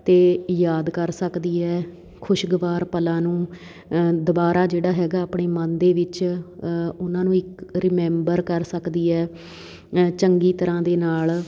ਅਤੇ ਯਾਦ ਕਰ ਸਕਦੀ ਹੈ ਖੁਸ਼ਗਵਾਰ ਪਲਾਂ ਨੂੰ ਦੁਬਾਰਾ ਜਿਹੜਾ ਹੈਗਾ ਆਪਣੇ ਮਨ ਦੇ ਵਿੱਚ ਉਨ੍ਹਾਂ ਨੂੰ ਇੱਕ ਰੀਮੈਂਬਰ ਕਰ ਸਕਦੀ ਹੈ ਚੰਗੀ ਤਰ੍ਹਾਂ ਦੇ ਨਾਲ